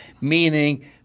meaning